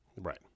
Right